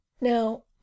Now